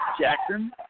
Jackson